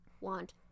want